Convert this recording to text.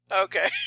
Okay